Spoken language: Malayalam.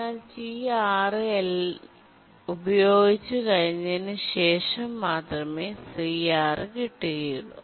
എന്നാൽ T6 എന്നാൽ ഉപയോഗിച്ച് കഴിഞ്ഞതിനു ശേഷം മാത്രമേ CR കിട്ടുകയുള്ളൂ